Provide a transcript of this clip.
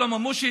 שלמה מושיץ,